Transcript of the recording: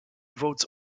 votes